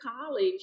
college